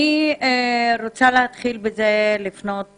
אני רוצה להתחיל ולפנות